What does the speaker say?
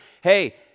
hey